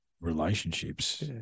relationships